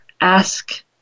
ask